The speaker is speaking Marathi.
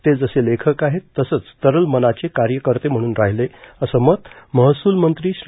ते जसे लेखक आहेत तसंच तरल मनाचे कार्यकर्ते म्हणून राहिलं असं मत महसूलमंत्री श्री